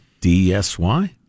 D-S-Y